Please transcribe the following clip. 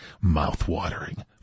Mouth-watering